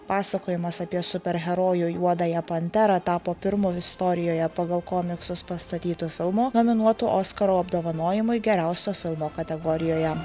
pasakojimas apie superherojų juodąją panterą tapo pirmu istorijoje pagal komiksus pastatytu filmu nominuotu oskaro apdovanojimui geriausio filmo kategorijoje